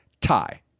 Tie